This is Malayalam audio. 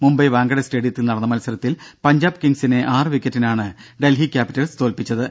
മുംബൈ വാങ്കഡെ സ്റ്റേഡിയത്തിൽ നടന്ന മത്സരത്തിൽ പഞ്ചാബ് കിംഗ്സിനെ ആറുവിക്കറ്റിനാണ് ഡൽഹി ക്യാപ്പിറ്റൽസ് തോൽപ്പിച്ചത്